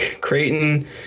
Creighton